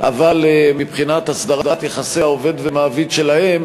אבל מבחינת הסדרת יחסי העובד ומעביד שלהם